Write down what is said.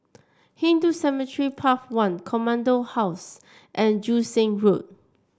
Hindu Cemetery Path One Command House and Joo Seng Road